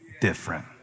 different